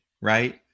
right